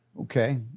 Okay